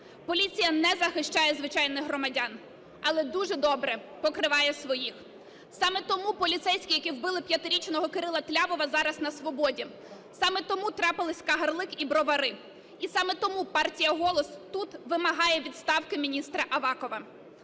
Поліція не захищає звичайних громадян, але дуже добре покриває своїх. Саме тому поліцейські, які вбили 5-річного Кирила Тлявова, зараз на свободі. Саме тому трапились Кагарлик і Бровари. І саме тому партія "Голос" тут вимагає відставки міністра Авакова.